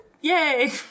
Yay